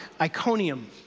Iconium